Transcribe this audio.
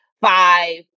five